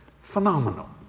phenomenal